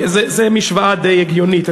זו משוואה די הגיונית,